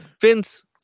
Vince